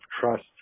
trust